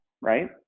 Right